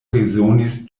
rezonis